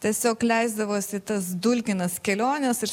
tiesiog leisdavosi į tas dulkinas keliones ir